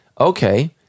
Okay